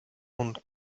und